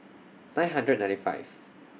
nine hundred ninety five